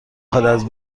خواد، از